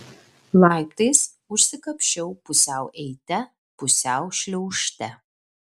laiptais užsikapsčiau pusiau eite pusiau šliaužte